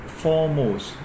foremost